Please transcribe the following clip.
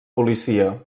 policia